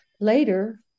Later